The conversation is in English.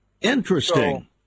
Interesting